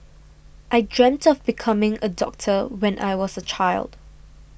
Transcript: I dreamt of becoming a doctor when I was a child